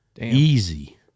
Easy